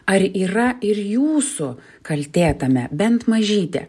ar yra ir jūsų kaltė tame bent mažytė